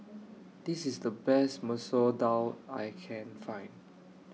This IS The Best Masoor Dal that I Can Find